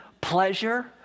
pleasure